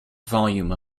volume